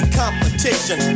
competition